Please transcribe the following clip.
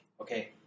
okay